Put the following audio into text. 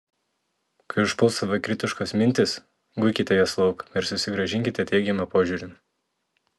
kai užpuls savikritiškos mintys guikite jas lauk ir susigrąžinkite teigiamą požiūrį